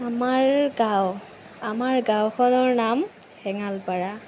আমাৰ গাঁও আমাৰ গাঁওখনৰ নাম হেঙালপাৰা